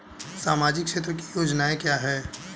सामाजिक क्षेत्र की योजनाएं क्या हैं?